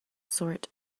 sort